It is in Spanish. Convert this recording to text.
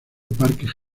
parque